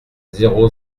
zéro